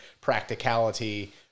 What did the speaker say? practicality